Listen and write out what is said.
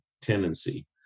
tendency